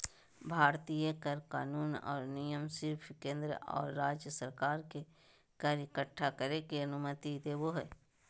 भारतीय कर कानून और नियम सिर्फ केंद्र और राज्य सरकार के कर इक्कठा करे के अनुमति देवो हय